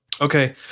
Okay